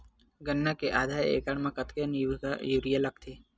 गन्ना के आधा एकड़ म कतेकन यूरिया लगथे?